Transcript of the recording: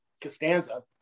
Costanza